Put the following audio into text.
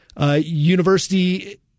University